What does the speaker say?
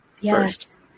Yes